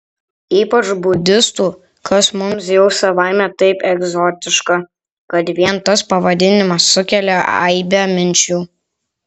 ypač budistų kas mums jau savaime taip egzotiška kad vien tas pavadinimas sukelia aibę minčių